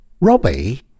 Robbie